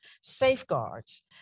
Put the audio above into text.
safeguards